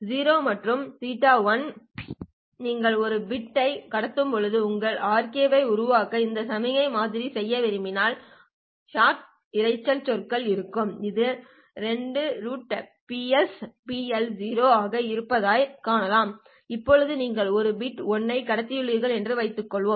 0 மற்றும் θ1 நீங்கள் ஒரு பிட் 1 ஐ கடத்தும்போது உங்கள் rk ஐ உருவாக்க இந்த சமிக்ஞையை மாதிரி செய்ய விரும்பினால் ஷாட் இரைச்சல் சொற்கள் இருக்கும் இது 2PsPLO ஆக இருப்பதைக் காணலாம் இப்போது நீங்கள் ஒரு பிட் 1 ஐ கடத்தியுள்ளீர்கள் என்று வைத்துக் கொள்ளுங்கள்